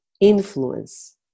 influence